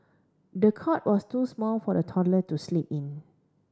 the cot was too small for the toddler to sleep in